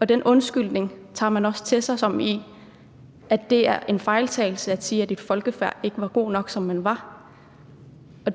og den undskyldning tager man også til sig – altså på den måde, at det var en fejltagelse at sige, at et folkefærd ikke var godt nok, som det var.